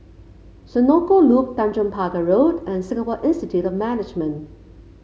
Senoko Loop Tanjong Pagar Road and Singapore Institute of Management